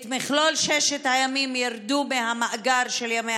מכלול ששת הימים ירדו מהמאגר של ימי